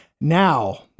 Now